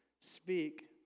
speak